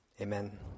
Amen